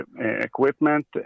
equipment